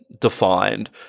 defined